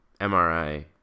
MRI